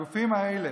הגופים האלה,